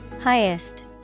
Highest